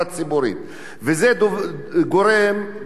וזה גורם גם לצפיפות,